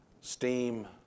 steam